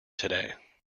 today